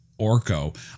orco